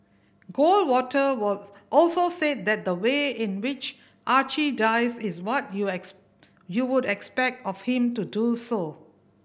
Goldwater was also said that the way in which Archie dies is what you you would expect of him to do so